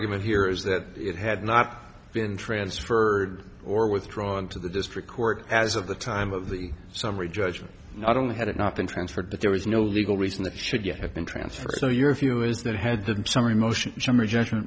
ment here is that it had not been transferred or withdrawn to the district court as of the time of the summary judgment not only had it not been transferred but there was no legal reason that should you have been transferred so your view is that had the summary motion summary judgment